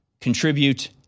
contribute